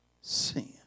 sin